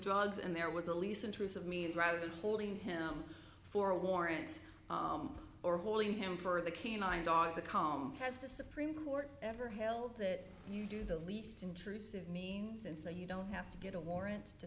drugs and there was a least intrusive means rather than holding him for warrants or holding him for the canine dogs to calm has the supreme court ever held that you do the least intrusive means and so you don't have to get a warrant to